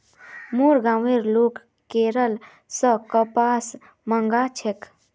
मोर गांउर लोग केरल स कपास मंगा छेक